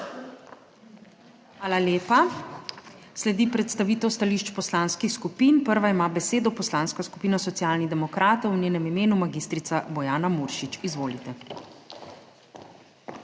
Hvala lepa. Sledi predstavitev stališč poslanskih skupin. Prva ima besedo Poslanska skupina Socialnih demokratov, v njenem imenu magistrica Bojana Muršič. Izvolite.